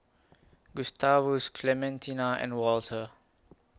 Gustavus Clementina and Walter